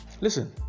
listen